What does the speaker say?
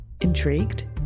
Intrigued